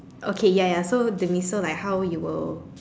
okay ya ya so demise so like how you will